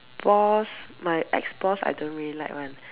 boss my ex boss I don't really like [one]